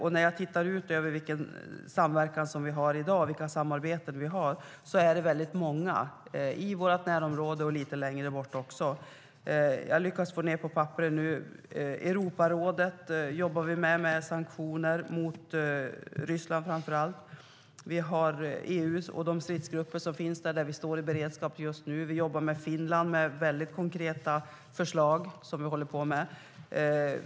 Vi har i dag mycket samverkan och samarbete i vårt närområde och även lite längre bort. I Europarådet jobbar vi framför allt med sanktioner mot Ryssland. Vi har EU och dess stridsgrupper, där vi står i beredskap just nu. Vi jobbar med Finland och håller på med väldigt konkreta förslag.